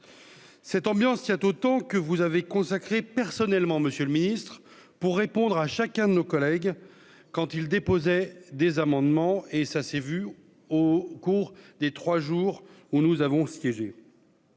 cette ambiance tient autant que vous avez consacré personnellement Monsieur le Ministre, pour répondre à chacun de nos collègues quand ils déposaient des amendements et ça s'est vu au cours des 3 jours où nous avons siégé.